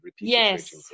Yes